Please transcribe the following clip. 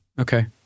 okay